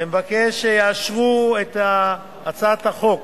ומבקש לאשר את הצעת החוק